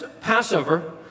Passover